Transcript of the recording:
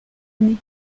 année